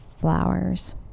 flowers